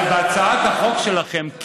אבל בהצעת החוק שלכם,